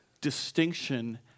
distinction